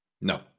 No